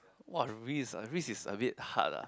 !wah! risk ah risk is a bit hard ah